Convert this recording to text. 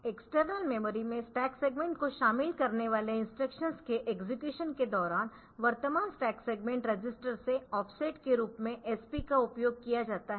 external memory में stack segment को शामिल करने वाले इंस्ट्रक्शंसके एक्सेक्यूशन के दौरान वर्तमान स्टैक सेगमेंट रजिस्टर से ऑफसेट के रूप में SP का उपयोग किया जाता है